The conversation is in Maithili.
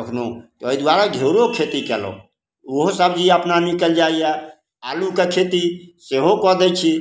एखनहु तऽ एहि दुआरे घिउरो खेती कयलहुँ ओहो सबजी अपन निकलि जाइए आलूके खेती सेहो कऽ दै छी